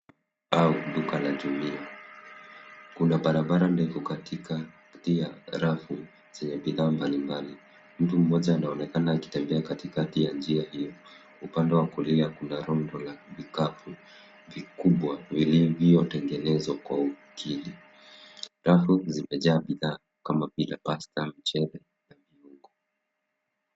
Au duka la jumuia. Kuna barabara ndefu katikati rafu zenye bidhaa mbalimbali. Mtu mmoja anaonekana akitembea katikati ya njia hiyo. Upande wa kulia kuna rundo la vikapu vikubwa vilivyotengenezwa kwa ukili. Rafu zimejaa bidhaa kama vile pasta, mchele na viungo.